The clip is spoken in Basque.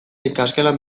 ikasgelan